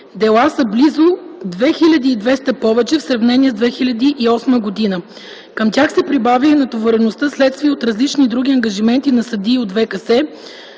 дела са с близо 2 хил. 200 повече в сравнение с 2008 г. Към тях се прибавя и натовареността, следствие от различните други ангажименти на съдии от